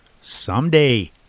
Someday